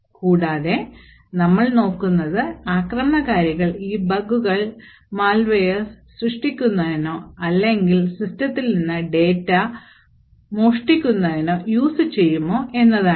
കൂടാതെ നമ്മൾ നോക്കുന്നത് ആക്രമണകാരികൾ ഈ ബഗുകൾ മാൽവെയർ സൃഷ്ടിക്കുന്നതിനോ അല്ലെങ്കിൽ സിസ്റ്റത്തിൽ നിന്ന് ഡാറ്റ മോഷ്ടിക്കുന്നതിന്നോ യൂസ് ചെയ്യുമോ എന്നാണ്